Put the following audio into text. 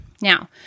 Now